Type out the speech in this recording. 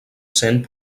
sent